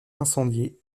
incendié